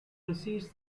precedes